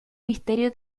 misterio